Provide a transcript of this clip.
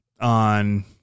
on